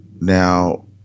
now